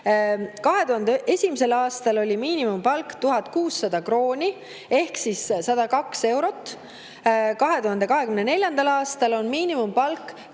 2001. aastal oli miinimumpalk 1600 krooni ehk 102 eurot, 2024. aastal on miinimumpalk